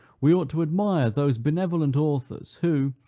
we ought to admire those benevolent authors who,